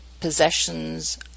possessions